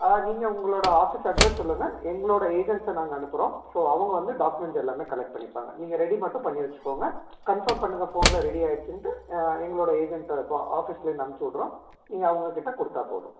நீங்கள் உங்களோட office address சொல்லுங்கள் எங்களோட ஏஜென்ட்ஸ் நாங்கள் அனுப்புகிறோம் ஸோ அவங்க வந்து டாக்குமெண்ட்ஸ் எல்லாமே கலெக்ட் பண்ணிப்பாங்க நீங்கள் ரெடி மட்டும் பண்ணி வச்சுக்கோங்க கன்ஃபார்ம் பண்ணுங்கள் ஃபோனில் ரெடி ஆயிடுச்சின்ட்டு எங்களோட ஏஜென்ட் பா ஆஃபிஸ்லேர்ந்து அமுச்சிவிடுறோம் நீங்கள் அவங்கக்கிட்ட கொடுத்தா போதும்